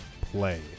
play